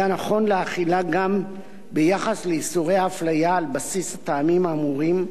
היה נכון להחילה גם ביחס לאיסורי הפליה על בסיס הטעמים האמורים,